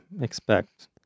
expect